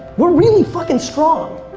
we're really fucking strong.